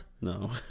No